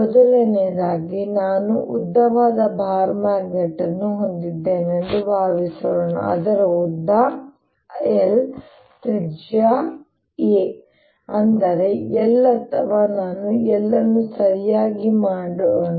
ಉದಾಹರಣೆ ಒಂದು ನಾನು ಉದ್ದವಾದ ಬಾರ್ ಮ್ಯಾಗ್ನೆಟ್ ಅನ್ನು ಹೊಂದಿದ್ದೇನೆ ಎಂದು ಭಾವಿಸೋಣ ಅದರ ಉದ್ದವು L ಮತ್ತು ತ್ರಿಜ್ಯ a ಅಂದರೆ L ಅಥವಾ ನಾನು L ಅನ್ನು ಸರಿಯಾಗಿ ಮಾಡೋಣ